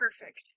perfect